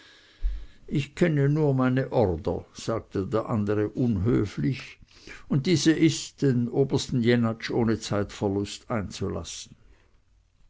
ich kenne nur meine ordre sagte der andere unhöflich und diese ist den obersten jenatsch ohne zeitverlust einzulassen